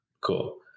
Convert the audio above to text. Cool